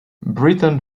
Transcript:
briton